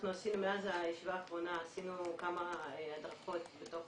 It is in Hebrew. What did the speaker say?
אנחנו עשינו מאז הישיבה האחרונה כמה הדרכות בתוך